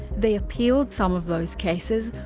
they appealed some of those cases,